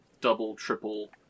double-triple